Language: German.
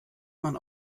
man